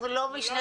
אנחנו לא מנגד,